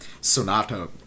Sonata